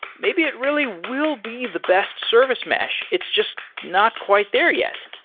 maybe it really will be the best service mesh. it's just not quite there yet.